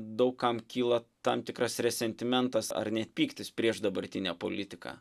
daug kam kyla tam tikras resentimentas ar net pyktis prieš dabartinę politiką